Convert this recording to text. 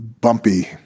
bumpy